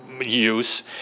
use